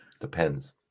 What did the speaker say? Depends